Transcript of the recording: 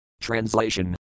Translation